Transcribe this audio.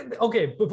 Okay